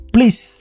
Please